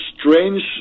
Strange